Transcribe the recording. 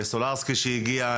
סולרסקי שהגיע,